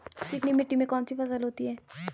चिकनी मिट्टी में कौन कौन सी फसलें होती हैं?